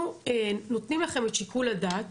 אנחנו נותנים לכם את שיקול הדעת